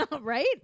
right